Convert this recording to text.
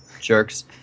jerks